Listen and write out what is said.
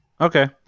Okay